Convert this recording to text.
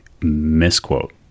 misquote